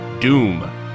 Doom